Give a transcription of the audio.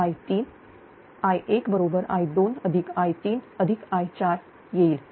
I1 बरोबर i2i3i4 येईल